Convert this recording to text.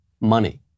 money